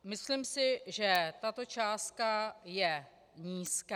Myslím si, že tato částka je nízká.